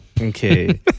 Okay